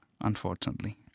unfortunately